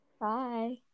bye